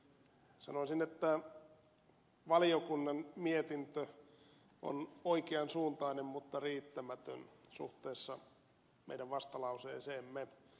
sanoisin että valiokunnan mietintö on oikean suuntainen mutta riittämätön suhteessa meidän vastalauseeseemme